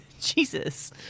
Jesus